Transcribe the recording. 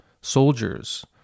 soldiers